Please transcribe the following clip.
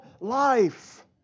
life